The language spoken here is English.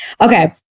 okay